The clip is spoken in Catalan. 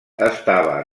estava